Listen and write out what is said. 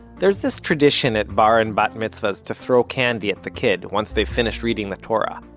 there's this tradition at bar and bat mitzvahs to throw candy at the kid, once they've finished reading the torah.